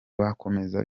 bakomeze